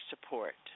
support